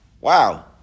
wow